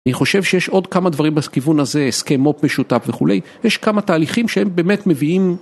אני חושב שיש עוד כמה דברים בכיוון הזה, הסכם מו"פ משותף וכולי, יש כמה תהליכים שהם באמת מביאים...